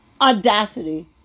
Audacity